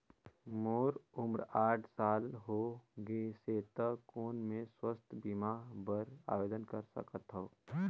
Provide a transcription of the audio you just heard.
मोर उम्र साठ साल हो गे से त कौन मैं स्वास्थ बीमा बर आवेदन कर सकथव?